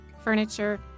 furniture